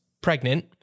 pregnant